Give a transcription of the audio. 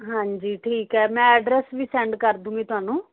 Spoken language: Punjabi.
ਹਾਂਜੀ ਠੀਕ ਹੈ ਮੈਂ ਐਡਰੈਸ ਵੀ ਸੈਂਡ ਕਰ ਦੂੰਗੀ ਤੁਹਾਨੂੰ